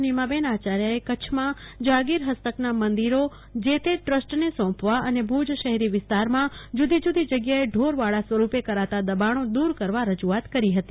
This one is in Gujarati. નીમાબેન આચાર્યે કચ્છમાં જાગીર હસ્તકના મંદિરી જે તે ટ્રસ્ટને સોંપવા અને ભુજશહેરી વિસ્તારમાં જુદી જુદી જગ્યાએ ઢૌરવાડા સ્વરૂપે કરાતાં દબાણો દૂર કરવા રજૂઆત કરી હતી